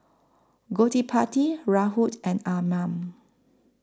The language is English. Gottipati Rahul and Arnab